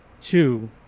two